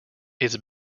its